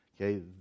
Okay